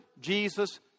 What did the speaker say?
Jesus